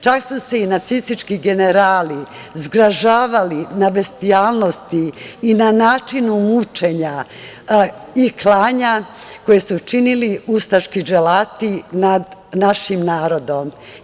Čak su se i nacistički generali zgražavali na bestijalnosti i na načinu mučenja i klanja koje su činili ustaški dželati nad našim narodom.